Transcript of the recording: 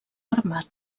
armat